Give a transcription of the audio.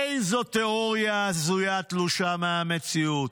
איזו תיאוריה הזויה, תלושה מהמציאות,